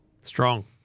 Strong